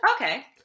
Okay